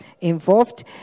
involved